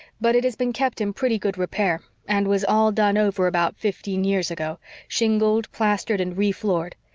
but it has been kept in pretty good repair, and was all done over about fifteen years ago shingled, plastered and re-floored.